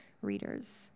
readers